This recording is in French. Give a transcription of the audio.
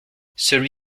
celui